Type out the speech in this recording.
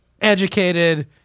Educated